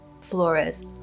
Flores